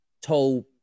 told